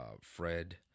Fred